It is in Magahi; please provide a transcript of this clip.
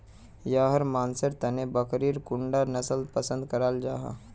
याहर मानसेर तने बकरीर कुंडा नसल पसंद कराल जाहा?